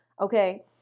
Okay